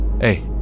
hey